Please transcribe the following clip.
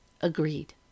Agreed